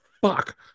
Fuck